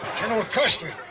general custer